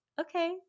okay